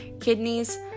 kidneys